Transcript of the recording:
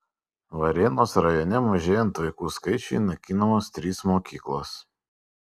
varėnos rajone mažėjant vaikų skaičiui naikinamos trys mokyklos